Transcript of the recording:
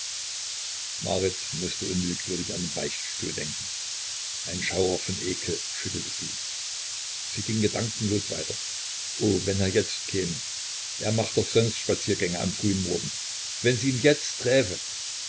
mußte unwillkürlich an den beichtstuhl denken ein schauer von ekel schüttelte sie sie ging gedankenlos weiter oh wenn er jetzt käme er macht doch sonst spaziergänge am frühen morgen wenn sie ihn jetzt träfe